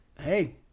hey